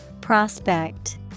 Prospect